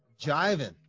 jiving